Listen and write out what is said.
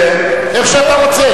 איך שאתה רוצה.